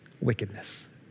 wickedness